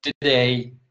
today